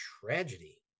tragedy